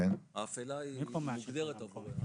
האפלה היא מוגדרת עבורנו,